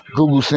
Google